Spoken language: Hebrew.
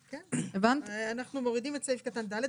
אנחנו מורידים את סעיף קטן (ד).